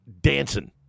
dancing